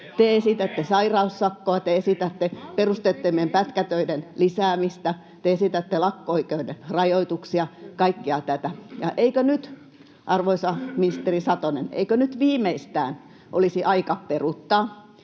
Te esitätte sairaussakkoa, te esitätte perusteettomien pätkätöiden lisäämistä, te esitätte lakko-oikeuden rajoituksia, kaikkea tätä, ja eikö nyt viimeistään, arvoisa ministeri Satonen, olisi aika peruuttaa